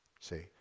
See